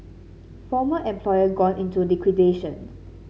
former employer gone into liquidation